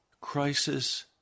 Crisis